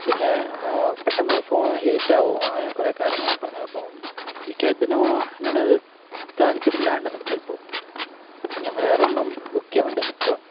പിന്നെ പെട്ടെന്ന് ഫോണ് ഹീറ്റാകും അങ്ങനെ കുറേ കാര്യങ്ങളൊക്കെ പറഞ്ഞു അപ്പം ഞാനത് താല്പര്യമില്ലാതെ നില്ക്കുകയാണിപ്പം അപ്പോള് ഞാൻ വേറെയൊരെണ്ണം ബുക്ക് ചെയ്യാൻ വേണ്ടി നില്ക്കുകയാണ്